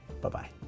bye-bye